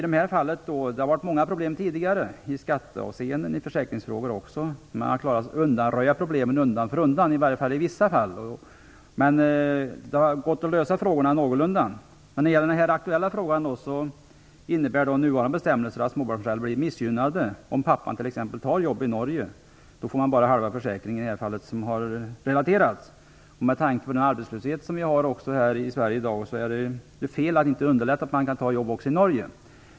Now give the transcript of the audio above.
Det har tidigare varit många problem i detta sammanhang i skatteavseende och även när det gällt försäkringsfrågor, men man har undan för undan, åtminstone i vissa fall, kunnat lösa dem någorlunda väl. I den nu aktuella frågan innebär nuvarande bestämmelser att föräldrar blir missgynnade på så sätt att om t.ex. pappan tar jobb i Norge, får man i det relaterade fallet bara halv försäkringsersättningen. Med tanke på den arbetslöshet som vi har i Sverige i dag är det fel att inte underlätta för arbetstagare att ta jobb också i Norge.